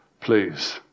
please